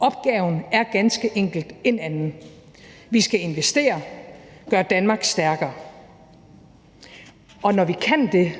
Opgaven er ganske enkelt en anden. Vi skal investere og gøre Danmark stærkere. Og når vi kan det,